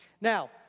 Now